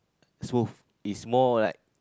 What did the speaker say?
smooth is more like